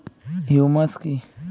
Humus কি?